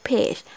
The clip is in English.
Page